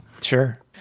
Sure